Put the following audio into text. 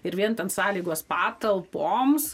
ir vien ten sąlygos patalpoms